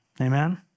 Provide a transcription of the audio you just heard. Amen